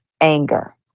anger